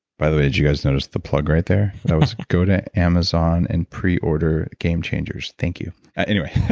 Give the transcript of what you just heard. by the way, did you guys notice the plug right there? that was, go to amazon and pre-order game changers. thank you anyway. it